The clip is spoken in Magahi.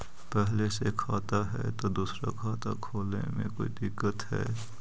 पहले से खाता है तो दूसरा खाता खोले में कोई दिक्कत है?